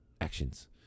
actions